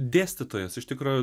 dėstytojas iš tikro